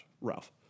Ralph